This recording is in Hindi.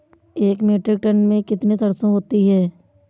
एक मीट्रिक टन में कितनी सरसों होती है?